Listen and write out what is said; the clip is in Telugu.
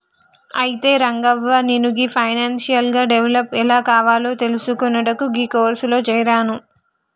అయితే రంగవ్వ నాను గీ ఫైనాన్షియల్ గా డెవలప్ ఎలా కావాలో తెలిసికొనుటకు గీ కోర్సులో జేరాను